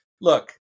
look